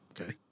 okay